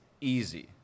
easy